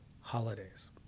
holidays